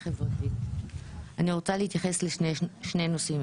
אני רוצה להתייחס לשני נושאים,